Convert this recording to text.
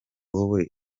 wowe